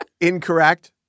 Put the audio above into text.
Incorrect